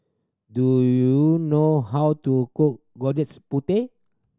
do you know how to cook putih